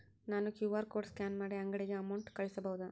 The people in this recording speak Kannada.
ನಾನು ಕ್ಯೂ.ಆರ್ ಕೋಡ್ ಸ್ಕ್ಯಾನ್ ಮಾಡಿ ಅಂಗಡಿಗೆ ಅಮೌಂಟ್ ಕಳಿಸಬಹುದಾ?